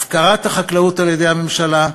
הפקרת החקלאות על-ידי הממשלה,